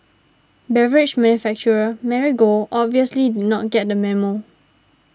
beverage manufacturer Marigold obviously did not get the memo